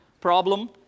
problem